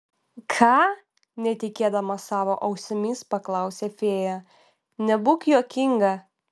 ką netikėdama savo ausimis paklausė fėja nebūk juokinga